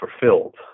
fulfilled